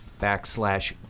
backslash